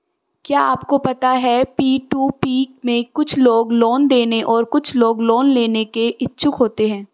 क्या आपको पता है पी.टू.पी में कुछ लोग लोन देने और कुछ लोग लोन लेने के इच्छुक होते हैं?